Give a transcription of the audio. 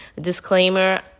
Disclaimer